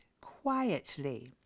quietly